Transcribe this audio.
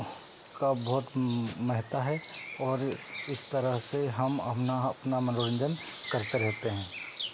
का बहुत महत्ता है और इस तरह से हम अपना अपना मनोरंजन करते रहते हैं